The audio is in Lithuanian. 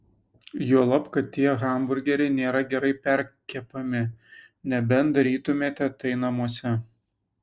juolab kad tie hamburgeriai nėra gerai perkepami nebent darytumėte tai namuose